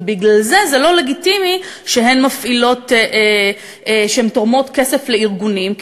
ובגלל זה זה לא לגיטימי שהן תורמות כסף לארגונים,